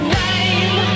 name